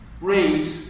read